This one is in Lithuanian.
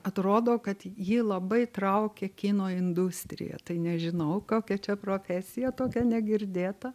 atrodo kad jį labai traukia kino industrija tai nežinau kokia čia profesija tokia negirdėta